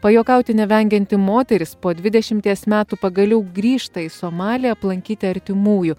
pajuokauti nevengianti moteris po dvidešimties metų pagaliau grįžta į somalį aplankyti artimųjų